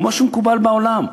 כמו שמקובל בעולם.